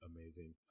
amazing